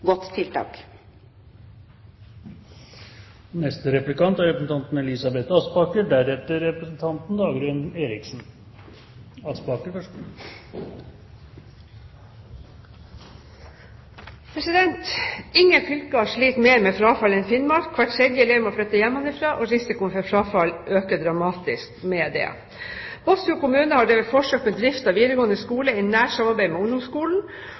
godt tiltak. Ingen fylker sliter mer med frafall enn Finnmark. Hver tredje elev må flytte hjemmefra, og risikoen for frafall øker dramatisk med det. Båtsfjord kommune har drevet forsøk med drift av videregående skole i nært samarbeid med ungdomsskolen,